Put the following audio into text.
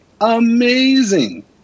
amazing